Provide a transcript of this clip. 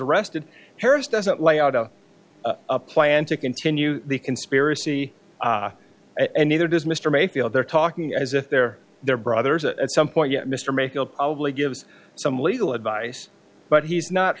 arrested harris doesn't lay out a plan to continue the conspiracy and neither does mr mayfield they're talking as if they're their brothers and some point yet mr mayfield probably gives some legal advice but he's not